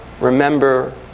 remember